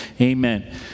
Amen